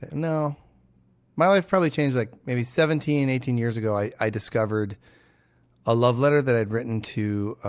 you know my life probably changed like maybe seventeen, eighteen years ago i i discovered a love letter that i'd written to